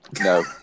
no